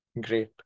Great